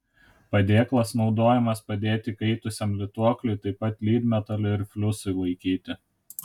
padėklas naudojamas padėti įkaitusiam lituokliui taip pat lydmetaliui ir fliusui laikyti